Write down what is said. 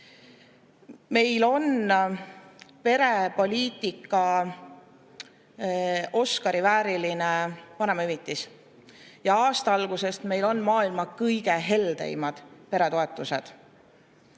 Meil on perepoliitika Oscari vääriline vanemahüvitis ja aasta algusest on meil maailma kõige heldemad peretoetused,